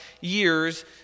years